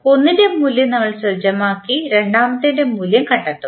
ഒന്നിൻറെ മൂല്യം നമ്മൾ സജ്ജമാക്കി രണ്ടാമത്തെൻറെ മൂല്യം കണ്ടെത്തും